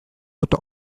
dut